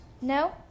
No